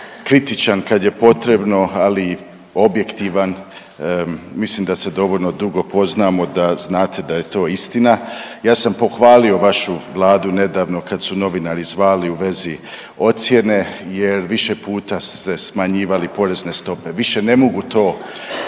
kritičan kad je potrebno, ali i objektivan mislim da se dovoljno dugo poznamo da znate da je to istina. Ja sam pohvalio vašu Vladu nedavno kad su novinari zvali u vezi ocjene jer više puta ste smanjivali porezne stope, više ne mogu to tvrditi